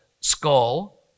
Skull